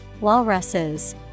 walruses